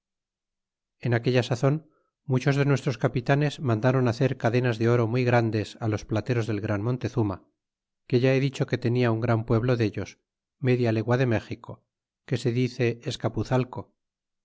en aquella sazon muchos de nuestros capitanes mandáron hacer cadenas de oro muy grandes los plateros del gran montezuma que ya he dicho que tenia un gran pueblo dellos media legua de méxico que se dice